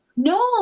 No